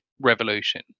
revolution